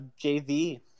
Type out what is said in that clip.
JV